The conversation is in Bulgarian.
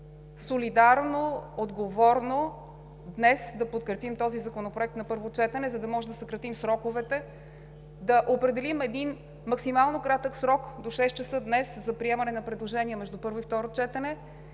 солидарно и отговорно днес да подкрепим този законопроект на първо четене, за да може да съкратим сроковете, да определим максимално кратък срок – до 18,00 ч. днес, за приемане на предложения между първо и второ четене